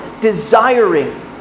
desiring